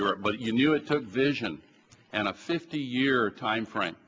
europe but you knew it took vision and a fifty year timeframe